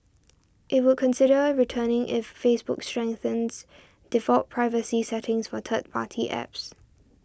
it would consider returning if Facebook strengthens default privacy settings for third party apps